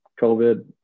COVID